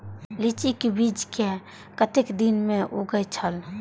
लीची के बीज कै कतेक दिन में उगे छल?